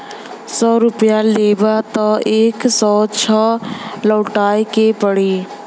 सौ रुपइया लेबा त एक सौ छह लउटाए के पड़ी